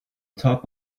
top